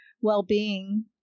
well-being